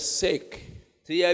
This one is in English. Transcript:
sake